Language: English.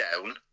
down